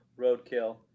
roadkill